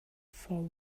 for